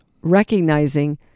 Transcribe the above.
recognizing